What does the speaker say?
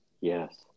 Yes